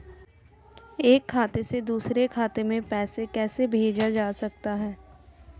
एक खाते से दूसरे खाते में पैसा कैसे भेजा जा सकता है?